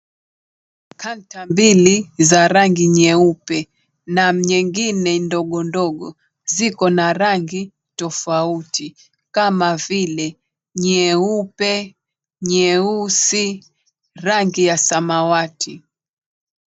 Canter mbili za rangi nyeupe na nyingine ndogo ndogo, zikona rangi tofauti kama vile nyeusi, nyepu, rangi ya samawati.